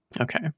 Okay